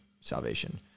salvation